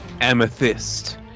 amethyst